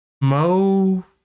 Mo